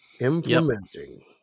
implementing